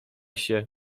się